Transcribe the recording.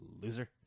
loser